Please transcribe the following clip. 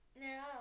No